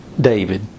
David